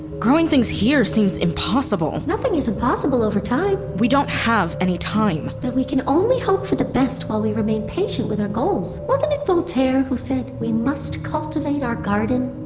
growing things here seems impossible nothing is impossible over time we don't have any time then we can only hope for the best while we remain patient with our goals. wasn't it voltaire who said we must cultivate our garden?